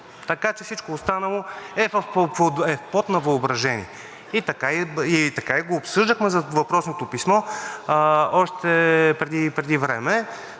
Така че всичко останало е плод на въображение. Така и го обсъждахме въпросното писмо още преди време,